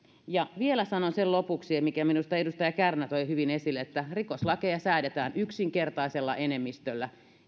vielä sanon lopuksi sen minkä minusta edustaja kärnä toi hyvin esille että rikoslakeja säädetään yksinkertaisella enemmistöllä